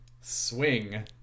swing